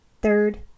Third